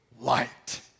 light